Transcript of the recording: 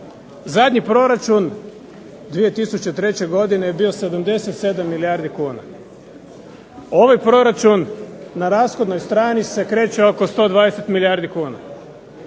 Zadnji proračun 2003. je bio 77 milijardi kuna. Ovaj proračun na rashodnoj strani se kreće oko 120 milijardi kuna.